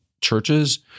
churches